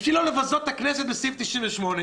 בשביל לא לבזות את הכנסת בסעיף 98,